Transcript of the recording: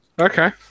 Okay